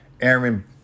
Aaron